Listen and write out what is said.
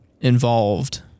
involved